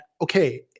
okay